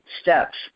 steps